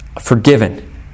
forgiven